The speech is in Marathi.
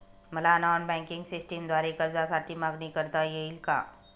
मला नॉन बँकिंग सिस्टमद्वारे कर्जासाठी मागणी करता येईल का?